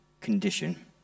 condition